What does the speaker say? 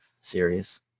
series